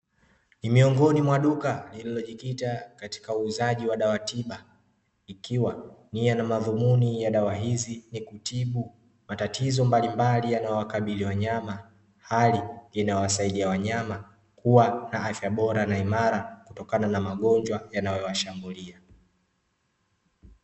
Ni miongoni mwa duka lililojikita katika uuzaji wa dawa tiba ikiwa nia na madhumuni wa dawa hizi ni kutibu matatizo mbalimbali yanayowakabili wanyama, hali inayowasaidia wanyama kuwa na afya bora na imara kutokana na magonjwa yanayowashambulia.